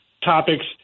topics